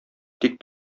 тик